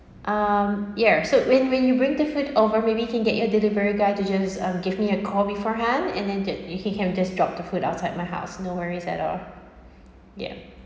um ya so when when you bring the food over maybe can get your delivery guy to just um give me a call beforehand and then jus~ he can just drop the food outside my house no worries at all yup